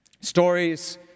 Stories